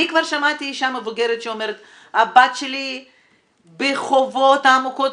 אני כבר שמעתי אישה מבוגרת שאומרת: הבת שלי בחובות עמוקים,